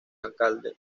alcalde